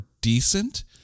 decent